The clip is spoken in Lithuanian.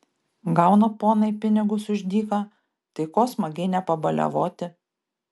gauna ponai pinigus už dyką tai ko smagiai nepabaliavoti